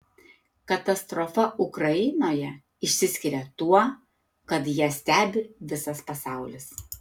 katastrofa ukrainoje išsiskiria tuo kad ją stebi visas pasaulis